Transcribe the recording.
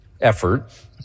effort